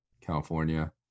California